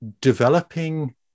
developing